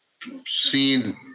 seen